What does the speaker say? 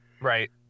Right